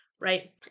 right